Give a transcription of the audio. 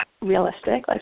realistic